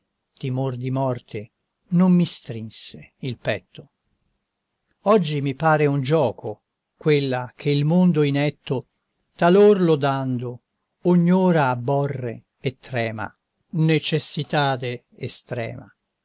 timor di morte non mi strinse il petto oggi mi pare un gioco quella che il mondo inetto talor lodando ognora abborre e trema necessitade estrema